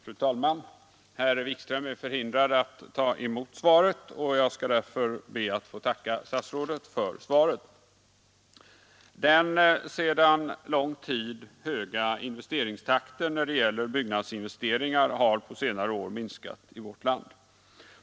Fru talman! Herr Wikström är förhindrad att ta emot svaret. Jag skall därför be att få tacka statsrådet för svaret. Den sedan lång tid höga investeringstakten när det gäller byggnadsinvesteringar har på senare år minskat i vårt land.